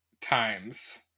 times